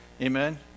Amen